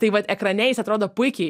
tai vat ekrane jis atrodo puikiai